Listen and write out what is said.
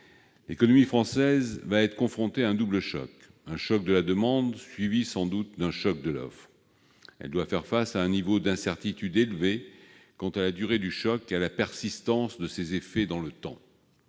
L'économie française va être confrontée à un double choc : un choc de la demande, sans doute suivi d'un choc de l'offre. Elle doit faire face à un niveau d'incertitude élevé quant à la durée et à la persistance des effets de ces